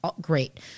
great